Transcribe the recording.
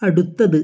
അടുത്തത്